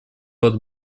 под